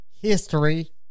history